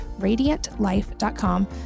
radiantlife.com